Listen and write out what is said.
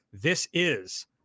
thisis